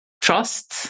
trust